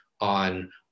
on –